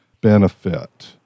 benefit